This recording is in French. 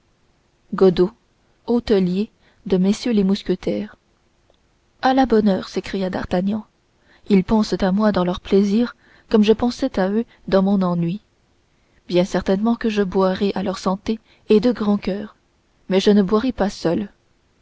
hôtelier de messieurs les mousquetaires à la bonne heure s'écria d'artagnan ils pensent à moi dans leurs plaisirs comme je pensais à eux dans mon ennui bien certainement que je boirai à leur santé et de grand coeur mais je n'y boirai pas seul